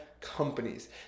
companies